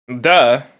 Duh